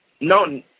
no